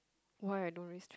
why I don't risk